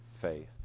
faith